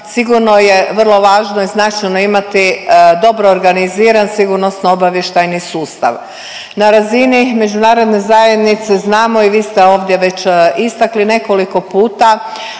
sigurno je vrlo važno i značajno imati dobro organiziran sigurnosno obavještajni sustav. Na razini međunarodne zajednice znamo i vi ste ovdje već istakli nekoliko puta